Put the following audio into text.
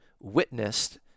witnessed